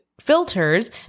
filters